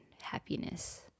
happiness